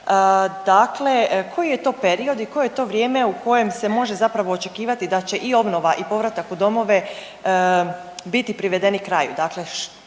dakle koji je to period i koje je to vrijeme u kojem se može zapravo očekivati da će i obnova i povratak u domove biti privedeni kraju.